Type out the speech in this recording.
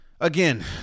again